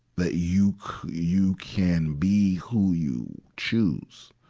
that you you can be who you choose.